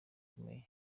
akomeye